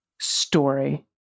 story